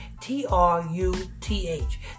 T-R-U-T-H